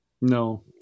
no